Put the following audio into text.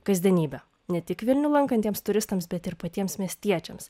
kasdienybę ne tik vilnių lankantiems turistams bet ir patiems miestiečiams